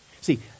See